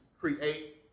create